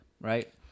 Right